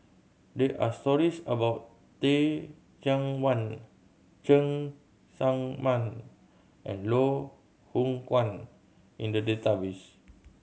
there are stories about Teh Cheang Wan Cheng Tsang Man and Loh Hoong Kwan In the database